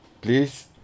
Please